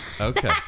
Okay